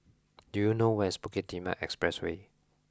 do you know where is Bukit Timah Expressway